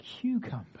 cucumber